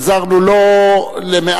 עזרנו לא למעט